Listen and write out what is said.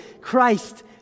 Christ